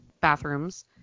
bathrooms